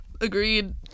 Agreed